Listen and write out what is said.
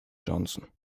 johnson